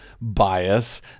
bias